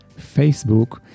Facebook